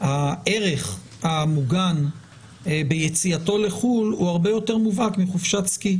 הערך המוגן ביציאתו לחוץ לארץ הוא הרבה יותר מובהק מחופשת סקי.